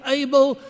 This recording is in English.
able